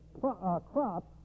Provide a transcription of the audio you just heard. crop